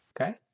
Okay